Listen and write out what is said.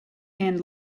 and